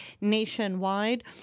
nationwide